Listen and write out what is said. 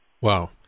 Wow